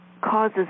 causes